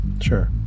Sure